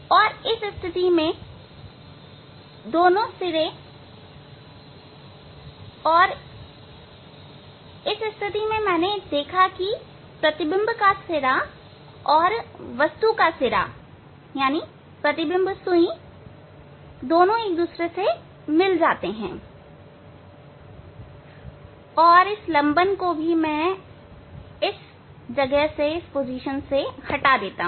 और तब इस स्थिति में दोनों सिरे और तो इस स्थिति में मैंने पाया कि प्रतिबिंब का सिरा और वस्तु का सिरा प्रतिबिंब सुई एक दूसरे से मिल जाते हैं और यह लंबन इस को भी इस स्थिति के लिए हटा दिया जाता है